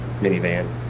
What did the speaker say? minivan